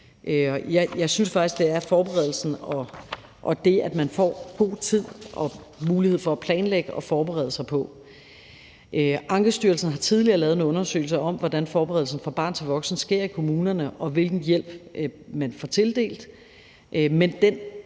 Jeg synes faktisk, at det er forberedelsen og det, at man får god tid og mulighed for at planlægge og forberede sig, der er det rigtige. Ankestyrelsen har tidligere lavet en undersøgelse af, hvordan forberedelsen fra barn til voksen sker i kommunerne, og hvilken hjælp man får tildelt. Men den